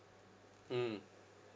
mm